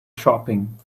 shopping